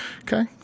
Okay